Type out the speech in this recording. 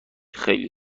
خیلی